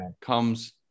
comes